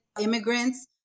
immigrants